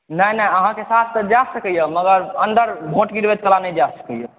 नहि नहि अहाँके साथ तऽ जाय सकैया मगर अंदर वोट गिरबै बेरा नहि जा सकैया